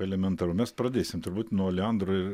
elementaru mes pradėsim turbūt nuo oleandrų ir